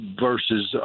versus